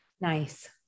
Nice